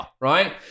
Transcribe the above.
right